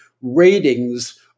ratings